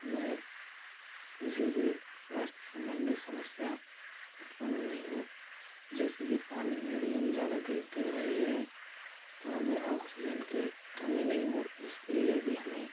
मैं किसी भी स्वास्थ्य संबंधी समस्या उत्पन नहीं हूँ जैसे कि पानी में यदि हम ज़्यादा देर तक रहे हैं तो हमें ऑक्सीजन की कमी नहीं हो उसके लिए भी हमें